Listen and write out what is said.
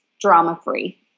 drama-free